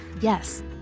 Yes